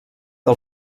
del